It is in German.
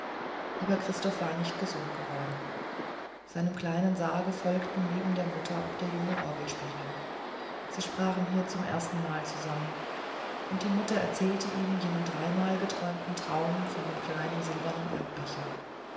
aber christoph war nicht gesund geworden seinem kleinen sarg folgte neben der mutter auch der junge orgelspieler sie sprachen hier zum ersten mal zusammen und die mutter erzählte ihm jenen dreimal geträumten traum von dem kleinen silbernen